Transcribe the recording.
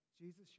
Jesus